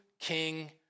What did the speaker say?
king